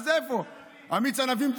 מיץ ענבים.